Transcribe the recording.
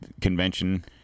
convention